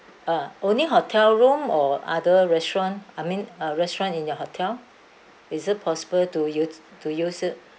uh only hotel room or other restaurant I mean uh restaurant in your hotel is it possible to use to use it